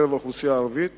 בקרב האוכלוסייה הערבית,